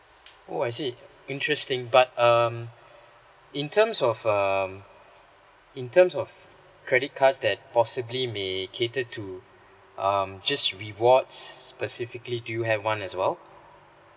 oh I see interesting but um in terms of um in terms of credit cards that possibly may catered to um just rewards specifically do you have one as well